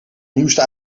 nieuwste